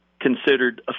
considered